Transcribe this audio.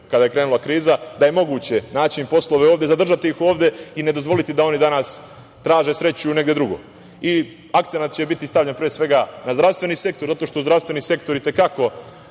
kada je krenula kriza da je moguće naći im poslove ovde i zadržati ih ovde i ne dozvoliti da oni danas traže sreću negde drugde. Akcenat će biti stavljen, pre svega, na zdravstveni sektor zato što zdravstveni sektor i te kako